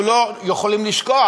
אנחנו לא יכולים לשכוח,